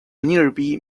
nearby